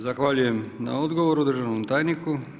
Zahvaljujem na odgovoru državnom tajniku.